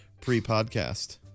pre-podcast